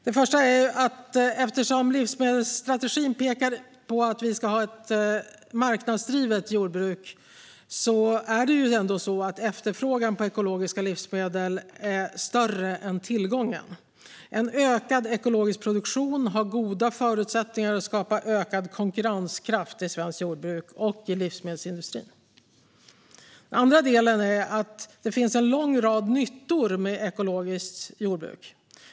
Den första delen är: Livsmedelsstrategin pekar på att vi ska ha ett marknadsdrivet jordbruk, och efterfrågan på ekologiska livsmedel är större än tillgången. En ökad ekologisk produktion har goda förutsättningar att skapa ökad konkurrenskraft i svenskt jordbruk och i livsmedelsindustrin. Den andra delen är: Det finns en lång rad nyttor med ekologiskt jordbruk.